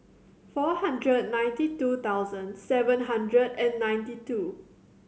four hundred ninety two thousand seven hundred and ninety two